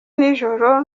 nijoro